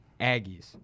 Aggies